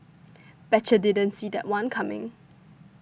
betcha didn't see that one coming